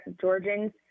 Georgians